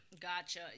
Gotcha